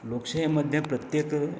लोकशाय मध्ये प्रत्येक